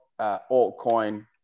altcoin